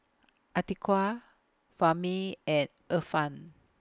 Atiqah Fahmi and Irfan